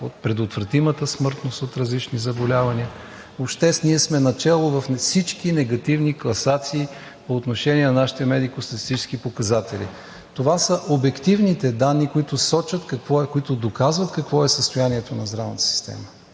и предотвратимата смъртност от различни заболявания, въобще ние сме начело във всички негативни класации по отношение на нашите медико-статистически показатели. Това са обективните данни, които сочат какво е, и които доказват какво е състоянието на здравната система.